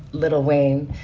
little wayne.